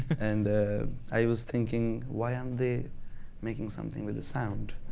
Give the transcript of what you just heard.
and i was thinking why aren't they making something with the sound.